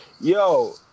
Yo